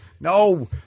No